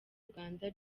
uganda